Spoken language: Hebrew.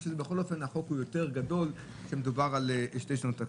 כי בכל אופן החוק יותר גדול כשמדובר על שתי שנות תקציב.